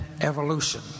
evolution